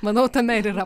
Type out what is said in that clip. manau tame ir yra